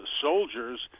soldiers